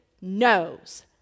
knows